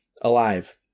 Alive